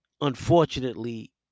Unfortunately